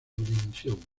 dimisión